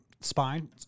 spine